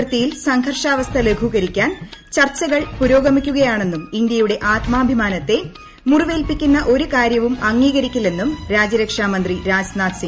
ന് India China അതിർത്തിയിൽ സംഘർഷാവസ്ഥ ലഘൂകരിക്കാൻ ചർച്ചകൾ പുരോഗമിക്കുകയാണെന്നും ഇന്തൃയുടെ ആത്മാഭിമാനത്തെ മുറിവേൽപിക്കുന്ന ഒരു കാര്യവും അംഗീകരിക്കില്ലെന്നും രാജ്യരക്ഷാ മന്ത്രി രാജ്നാഥ് സിങ്